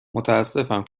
متاسفم